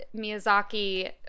Miyazaki